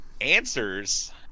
Answers